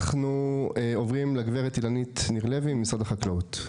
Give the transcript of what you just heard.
אנחנו עוברים לגברת אילנית ניר לוי ממשרד החקלאות.